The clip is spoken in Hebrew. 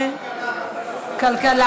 ועדת הכלכלה.